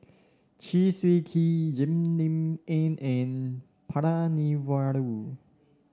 Chew Swee Kee Jim Lim N and Palanivelu